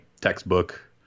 textbook